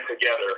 together